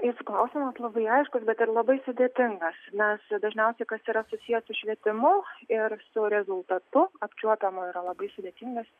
jūsų klausimas labai aiškus bet ir labai sudėtingas nes dažniausiai kas yra susiję su švietimu ir su rezultatu apčiuopiamu yra labai sudėtingas